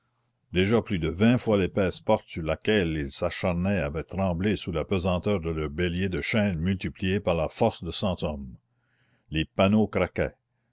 déjà plus de vingt fois l'épaisse porte sur laquelle ils s'acharnaient avait tremblé sous la pesanteur de leur bélier de chêne multipliée par la force de cent hommes les panneaux craquaient